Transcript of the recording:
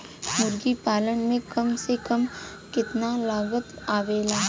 मुर्गी पालन में कम से कम कितना लागत आवेला?